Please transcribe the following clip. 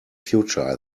future